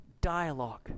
dialogue